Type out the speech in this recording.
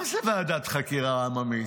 מה זה ועדת חקירה עממית?